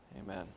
Amen